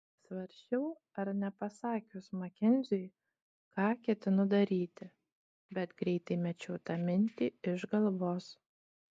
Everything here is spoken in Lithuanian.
svarsčiau ar nepasakius makenziui ką ketinu daryti bet greitai mečiau tą mintį iš galvos